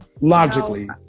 Logically